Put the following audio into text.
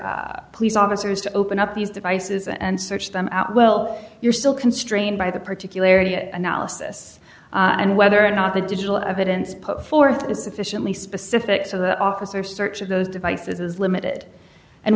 police officers to open up these devices and search them out well you're still constrained by the particularities analysis and whether or not the digital evidence put forth is sufficiently specific so the officer search of those devices is limited and